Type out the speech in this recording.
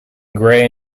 gray